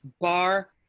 bar